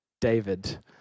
David